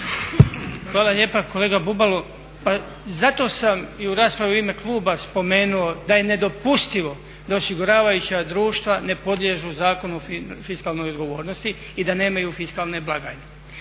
Hvala lijepa. Kolega Bubalo pa zato sam i u raspravi u ime kluba spomenuo da je nedopustivo da osiguravajuća društva ne podliježu Zakonu o fiskalnoj odgovornosti i da nemaju fiskalne blagajne.